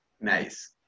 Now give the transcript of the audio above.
nice